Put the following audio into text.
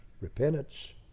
repentance